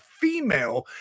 female